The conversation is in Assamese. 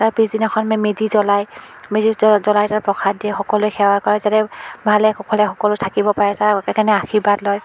তাৰ পিছদিনাখন মেজি জ্বলায় মেজি জ্বলাই তাৰ প্ৰসাদ দিয়ে সকলোৱে সেৱা কৰে যাতে ভালে কুশলে সকলো থাকিব পাৰে তাৰ কাৰণে আশীৰ্বাদ লয়